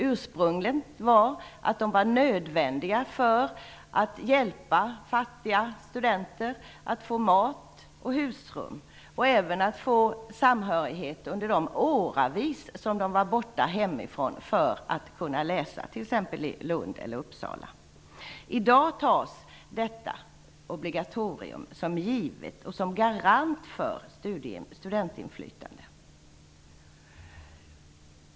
Ursprungligen var de nödvändiga för att hjälpa fattiga studenter att få mat och husrum. De bidrog också till samhörighet mellan studenterna som i åratal var borta hemifrån för att kunna läsa i t.ex. Lund eller Uppsala. I dag tas detta obligatorium för givet och som en garant för studentinflytande.